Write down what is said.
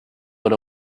but